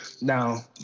now